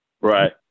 Right